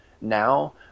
now